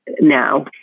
now